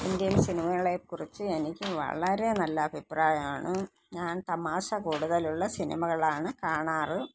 Indian സിനിമകളെ കുറിച്ച് എനിക്ക് വളരെ നല്ല അഭിപ്രായാണ് ഞാൻ തമാശ കൂടുതലുള്ള സിനിമകളാണ് കാണാറ്